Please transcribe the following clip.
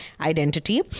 identity